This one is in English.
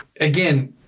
again –